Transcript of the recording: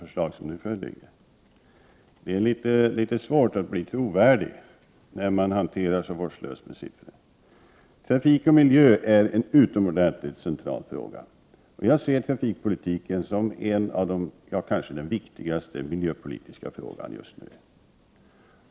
Det är litet svårt att bli trovärdig när man hanterar siffror så vårdslöst. Trafik och miljö är en utomordentligt central fråga. Jag anser att trafikpolitiken är den kanske viktigaste miljöpolitiska frågan just nu.